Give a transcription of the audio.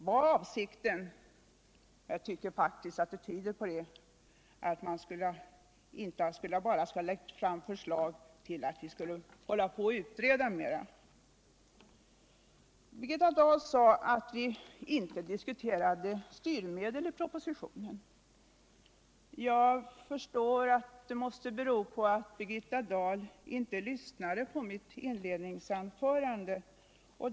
Var avsikten —och jug tycker faktiskt att mycket tyder på det — att man inte skulle ha lagt fram förslag om att utreda något mera? Birgitta Dahl sade att vi inte diskuterar styrmedel i propositionen. Jag förstår att denna missuppfattning måste bero på att Birgitta Dahl inte lyssnade på mitt inledningsanförande.